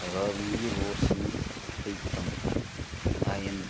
Rabi Roshan Pritam ion